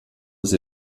sie